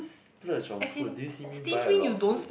splurge on food did you see me buy a lot of food